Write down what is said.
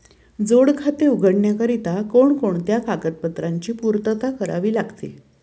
जोड खाते उघडण्याकरिता कोणकोणत्या कागदपत्रांची पूर्तता करावी लागते?